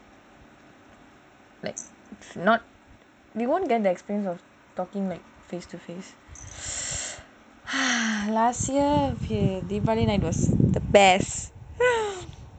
like not we won't get the experience of talking like face to face last year deepavali night was the best